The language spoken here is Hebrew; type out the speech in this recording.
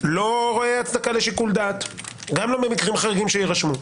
וגם לא הצדקה לשיקול דעת גם לא במקרים חריגים שיירשמו.